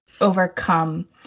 overcome